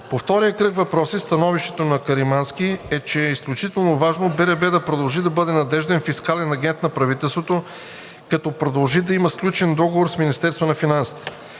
По втория кръг от въпроси становището на господин Каримански е, че е изключително важно БНБ да продължи да бъде надежден фискален агент на правителството, като продължи да има сключен договор с Министерството на финансите.